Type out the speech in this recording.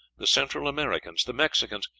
the central americans, the mexicans,